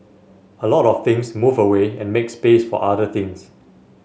a lot of things move away and make space for other things